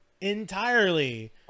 entirely